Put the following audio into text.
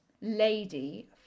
Lady